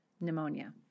pneumonia